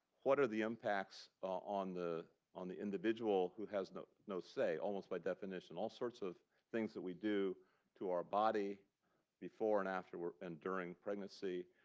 what are the impacts on the on the individual who has no no say almost by definition? all sorts of things that we do to our body before and after and during pregnancy,